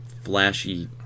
flashy